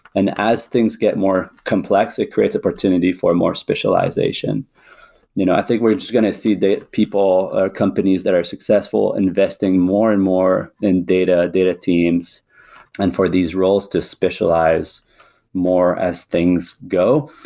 and as things get more complex, it creates opportunity for more specialization you know i think we're just going to see the people, companies that are successful investing more and more in data, data teams and for these roles to specialize more as things go.